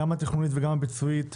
גם התכנונית וגם הביצועית,